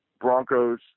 Broncos